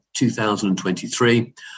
2023